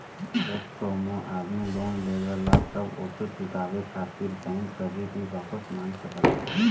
जब कउनो आदमी लोन लेवला तब ओके चुकाये खातिर बैंक कभी भी वापस मांग सकला